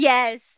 Yes